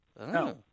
No